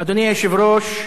אדוני היושב-ראש,